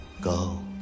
Go